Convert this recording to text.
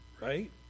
right